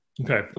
Okay